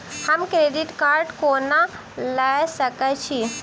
हम credit card कोना लऽ सकै छी?